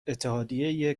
اتحادیه